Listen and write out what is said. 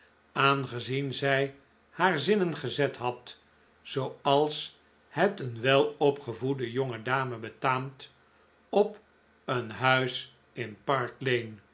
aangezien zij haar zinnen gezet had zooals het een welopgevoede jonge dame betaamt op een huis in park